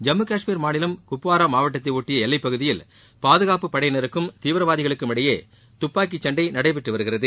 ஜம்மு கஷ்மீர் மாநிலம் குப்வாரா மாவட்டத்தை ஒட்டிய எல்லைப்பகுதியில் பாதுகாப்புப்படையினருக்கும் தீவிரவாதிகளுக்கும் இடையே துப்பாக்கிச்சண்டை நடைபெற்று வருகிறது